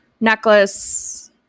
necklace